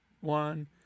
one